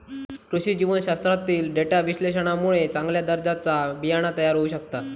कृषी जीवशास्त्रातील डेटा विश्लेषणामुळे चांगल्या दर्जाचा बियाणा तयार होऊ शकता